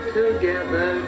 together